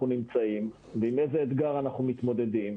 נמצאים ועם איזה אתגר אנחנו מתמודדים.